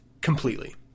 completely